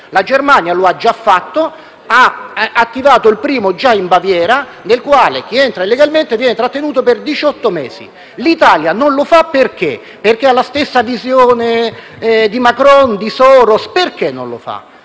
La Germania lo ha già fatto; ha già attivato il primo centro in Baviera, dove chi entra illegalmente viene trattenuto per diciotto mesi. Perché l'Italia non lo fa? Perché ha la stessa visione di Macron, di Soros? Perché non lo fa?